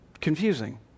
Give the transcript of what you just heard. confusing